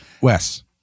Wes